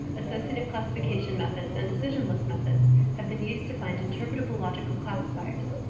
associated classification methods, and decision list methods have been used to find interpretable logical classifiers.